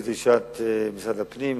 על-פי דרישת משרד הפנים,